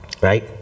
right